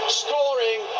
scoring